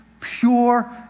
pure